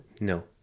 No